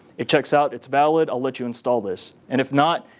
it checks out, it's valid. i'll let you install this. and if not,